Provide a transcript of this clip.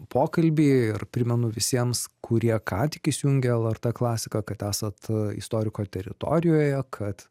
pokalbį ir primenu visiems kurie ką tik įsijungė lrt klasiką kad esat istoriko teritorijoje kad